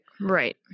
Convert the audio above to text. Right